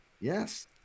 Yes